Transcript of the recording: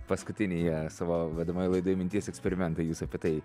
paskutinėje savo vedamoj laidoj minties eksperimentą jūs apie tai